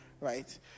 right